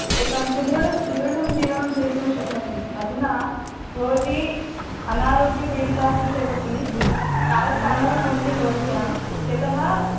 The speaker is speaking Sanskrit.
एकां सुदृ सुदृढं जीवनं जीवितुं शक्नोति अधुना भवती अनारोग्यपीडिता अस्ति चेदपि तावत्सामर्थ्यमस्ति भवत्याः यतः